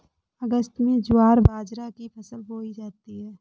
अगस्त में ज्वार बाजरा की फसल बोई जाती हैं